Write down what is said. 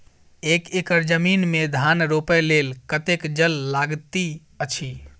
एक एकड़ जमीन मे धान रोपय लेल कतेक जल लागति अछि?